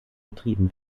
betrieben